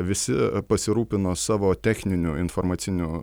visi pasirūpino savo techniniu informaciniu